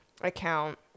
account